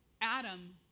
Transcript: adam